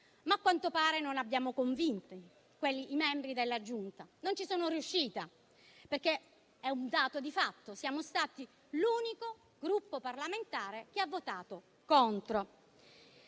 ma a quanto pare non abbiamo convinto i membri della Giunta. Non ci sono riuscita. È un dato di fatto, siamo stati l'unico Gruppo parlamentare che ha votato contro.